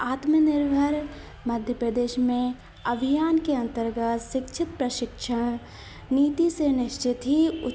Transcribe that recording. आत्मनिर्भर मध्यप्रदेश में अभियान के अन्तर्गत शिक्षित प्रशिक्षण नीति समझ से भी